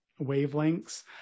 wavelengths